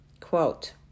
quote